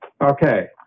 Okay